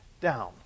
down